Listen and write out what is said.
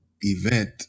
event